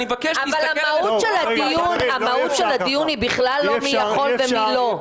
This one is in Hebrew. אני מבקש להסתכל --- אבל המהות של הדיון היא לא מי יכול ומי לא.